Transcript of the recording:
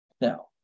Now